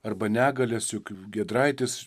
arba negalias juk giedraitis